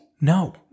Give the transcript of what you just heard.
No